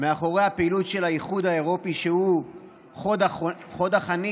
מאחורי הפעילות של האיחוד האירופי, שהוא חוד החנית